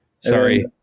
Sorry